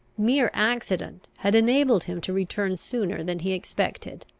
mere accident had enabled him to return sooner than he expected.